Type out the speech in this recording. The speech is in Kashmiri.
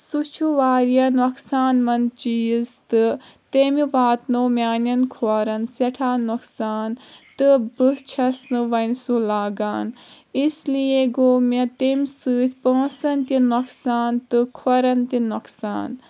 سُہ چھُ واریاہ نۄقصان منٛد چیٖز تہٕ تٔمہِ واتناو میانٮ۪ن کھوٚرن سٮ۪ٹھاہ نۄقصان تہٕ بہٕ چھس نہٕ وۄنۍ سُہ لاگان اسلیے گوٚو مےٚ تٔمۍ سۭتۍ پونسن تہِ نۄقصان تہٕ کھۄرن تہِ نۄقصان